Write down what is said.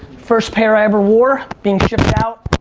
first pair i ever wore, being shipped out